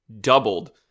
doubled